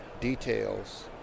Details